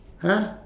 !huh!